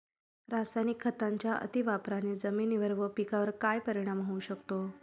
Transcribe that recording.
रासायनिक खतांच्या अतिवापराने जमिनीवर व पिकावर काय परिणाम होऊ शकतो?